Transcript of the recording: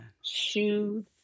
shoes